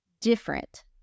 different